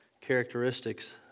characteristics